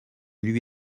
lui